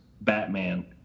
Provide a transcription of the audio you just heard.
Batman